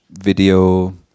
video